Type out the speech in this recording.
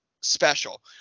special